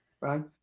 Right